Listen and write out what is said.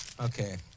Okay